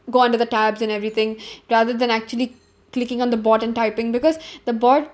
go on to the tabs and everything rather than actually clicking on the bot and typing because the bot